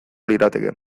lirateke